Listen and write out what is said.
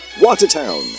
Watertown